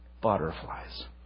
butterflies